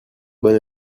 bonne